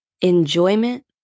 enjoyment